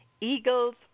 eagles